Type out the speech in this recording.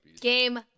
Game